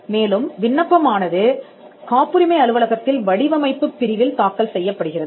மேலும் விண்ணப்பம் ஆனது காப்புரிமை அலுவலகத்தில் வடிவமைப்புப் பிரிவில் தாக்கல் செய்யப்படுகிறது